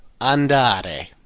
ANDARE